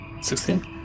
Sixteen